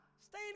stay